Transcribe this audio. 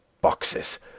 boxes